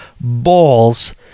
balls